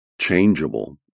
changeable